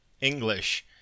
English